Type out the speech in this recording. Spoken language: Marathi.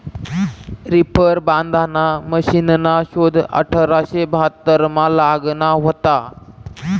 रिपर बांधाना मशिनना शोध अठराशे बहात्तरमा लागना व्हता